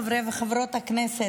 חברי וחברות הכנסת,